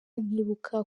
nkibuka